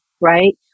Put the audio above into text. Right